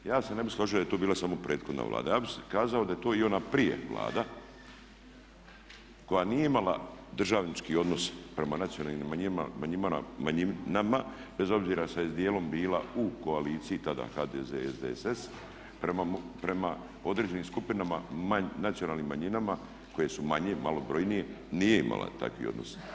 Ja se ne bih složio da je tu bila samo prethodna Vlada, ja bih kazao da je to i ona prije Vlada koja nije imala državnički odnos prema nacionalnim manjinama bez obzira što je dijelom bila u koaliciji tada HDZ, SDSS prema određenim skupinama nacionalnim manjinama koje su manje, malobrojnije nije imala takav odnos.